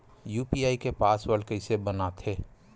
UPI के password कइसे बनाथे?